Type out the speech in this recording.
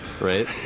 Right